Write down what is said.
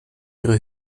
ihre